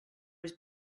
his